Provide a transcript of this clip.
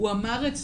הוא אמר את זה,